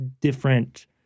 different